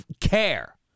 care